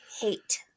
hate